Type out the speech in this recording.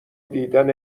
دیدن